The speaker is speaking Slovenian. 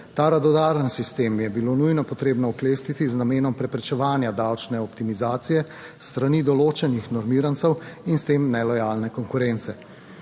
Ta radodaren sistem je bilo nujno potrebno oklestiti z namenom preprečevanja davčne optimizacije s strani določenih normirancev in s tem nelojalne konkurence.